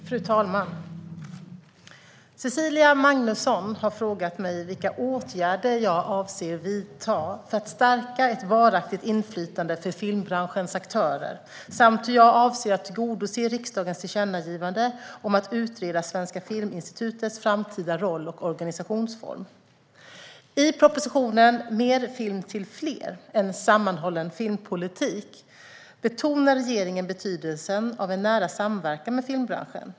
Fru talman! Cecilia Magnusson har frågat mig vilka åtgärder jag avser att vidta för att stärka ett varaktigt inflytande för filmbranschens aktörer samt hur jag avser att tillgodose riksdagens tillkännagivande om att utreda Svenska Filminstitutets framtida roll och organisationsform. I propositionen Mer film till fler - en sammanhållen filmpolitik betonar regeringen betydelsen av en nära samverkan med filmbranschen.